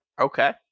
okay